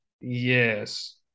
Yes